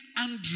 Andrew